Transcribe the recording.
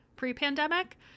pre-pandemic